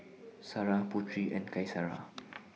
Sarah Putri and Qaisara